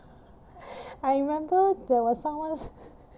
I remember there was someone